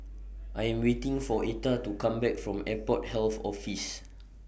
I Am waiting For Etta to Come Back from Airport Health Office